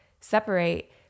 separate